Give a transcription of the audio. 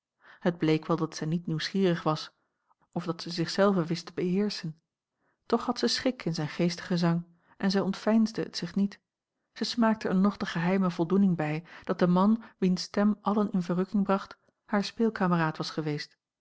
het bleek wel dat zij niet nieuwsgierig was of zij dat zich zelve wist te beheerschen toch had zij schik in zijn geestigen zang en zij ontveinsde het zich niet zij smaakte er nog de geheime voldoening bij dat de man wiens stem allen in verrukking bracht haar speelkameraad was geweest